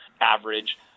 average